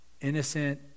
innocent